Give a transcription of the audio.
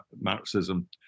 Marxism